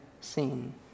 seen